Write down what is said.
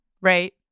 right